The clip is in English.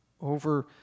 over